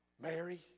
Mary